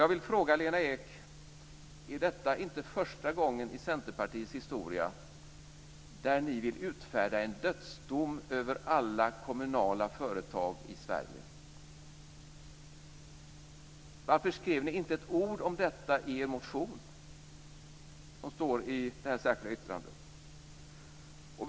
Jag vill fråga Lena Ek: Är inte detta första gången i Centerpartiets historia som ni vill utfärda en dödsdom över alla kommunala företag i Sverige? Varför skrev ni inte ett ord i er motion om det som står i det särskilda yttrandet?